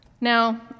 Now